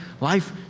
Life